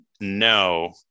no